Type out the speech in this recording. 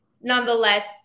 nonetheless